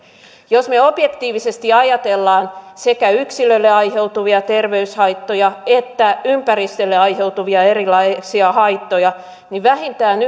jos objektiivisesti ajatellaan sekä yksilölle aiheutuvia terveyshaittoja että ympäristölle aiheutuvia erilaisia haittoja vähintään